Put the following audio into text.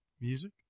Music